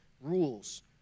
rules